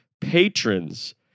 patrons